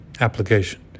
Application